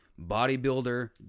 bodybuilder